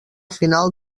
final